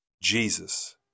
Jesus